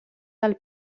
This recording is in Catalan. del